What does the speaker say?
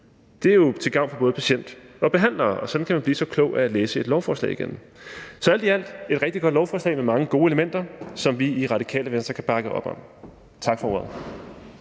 Det er jo til gavn for både patient og behandler. Sådan kan man blive så klog af at læse et lovforslag igennem. Så alt i alt er det et rigtig godt lovforslag med mange gode elementer, som vi i Radikale Venstre kan bakke op om. Tak for ordet.